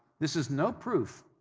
this is no proof.